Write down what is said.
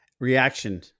Reaction